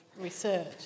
research